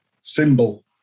symbol